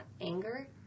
anger